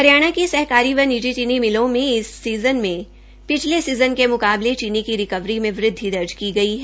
हरियाणा की सहकारी व निजी चीनी मिलों में इस सीज़न में पिछले सीज़न के मुकाबले चीनी की रिकवरी में वृद्वि दर्ज की गई है